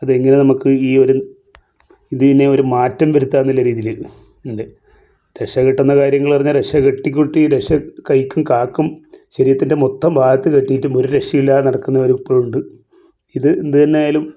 അതെങ്ങനെ നമുക്ക് ഈയൊരു ഇതിൽനിന്നൊരു മാറ്റം വരുത്താമെന്നുള്ള രീതിയിൽ ഉണ്ട് രക്ഷ കെട്ടുന്ന കാര്യങ്ങളറിഞ്ഞാൽ രക്ഷ കെട്ടിക്കുട്ടി രക്ഷ കൈക്കും കാക്കും ശരീരത്തിൻ്റെ മൊത്തം ഭാഗത്തും കെട്ടീട്ടും ഒരു രക്ഷയില്ലാതെ നടക്കുന്നവരിപ്പോഴും ഉണ്ട് ഇത് എന്ത് തന്നെ ആയാലും